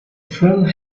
frame